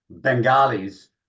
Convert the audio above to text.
Bengalis